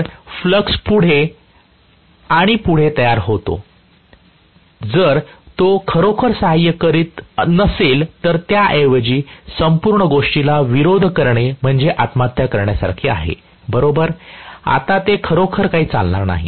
तर फ्लक्स पुढे आणि पुढे तयार होतो जर तो खरोखर सहाय्य करीत नसेल तर त्याऐवजी संपूर्ण गोष्टीला विरोध करणे म्हणजे आत्महत्या करण्यासारखे आहे बरोबर आता ते खरोखर काही चालणार नाही